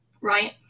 right